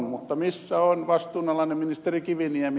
mutta missä on vastuunalainen ministeri kiviniemi